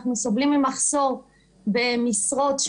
אנחנו סובלים ממחסור במשרות,